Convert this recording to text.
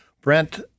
Brent